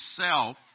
self